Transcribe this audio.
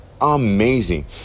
amazing